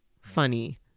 funny